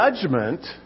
judgment